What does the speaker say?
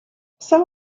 some